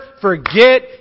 forget